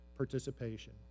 participation